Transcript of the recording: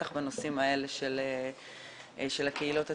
בטח בנושאים האלה של הקהילות הטיפוליות.